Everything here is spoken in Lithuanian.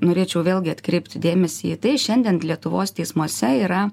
norėčiau vėlgi atkreipti dėmesį į tai šiandien lietuvos teismuose yra